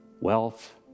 Wealth